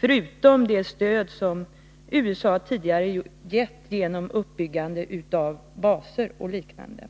Därtill kommer det stöd som USA tidigare gett genom uppbyggandet av baser och liknande.